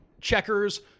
Checkers